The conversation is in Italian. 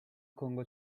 congo